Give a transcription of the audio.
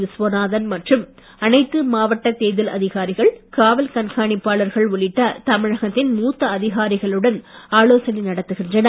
விஸ்வநாதன் மற்றும் அனைத்து மாவட்ட தேர்தல் அதிகாரிகள் காவல் கண்காணிப்பாளர்கள் உள்ளிட்ட தமிழகத்தின் மூத்த அதிகாரிகளுடன் ஆலோசனை நடத்துகின்றனர்